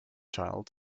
child